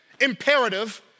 imperative